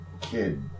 kid